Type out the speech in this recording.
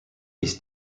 this